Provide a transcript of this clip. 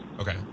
Okay